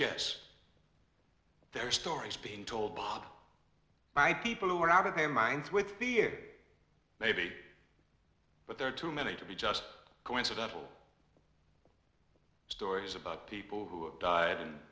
yes there are stories being told bought by people who are out of their minds with fear maybe but there are too many to be just coincidental stories about people who have died and